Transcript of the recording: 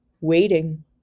waiting